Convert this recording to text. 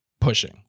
pushing